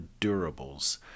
durables